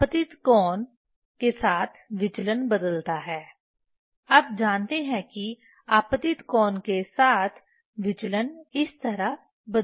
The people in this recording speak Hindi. आपतित कोण के साथ विचलन बदलता है आप जानते हैं कि आपतित कोण के साथ विचलन इस तरह बदलता है